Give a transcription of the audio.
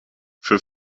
für